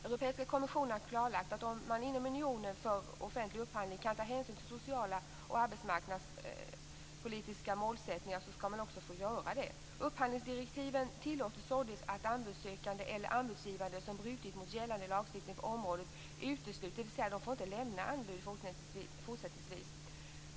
Europeiska kommissionen har klarlagt att om man inom unionen vid offentlig upphandling kan ta hänsyn till sociala och arbetsmarknadspolitiska målsättningar så skall man också få göra det. Upphandlingsdirektiven tillåter således att anbudssökande eller anbudsgivare som brutit mot gällande lagstiftning på området utesluts, dvs. att de fortsättningsvis inte får lämna anbud.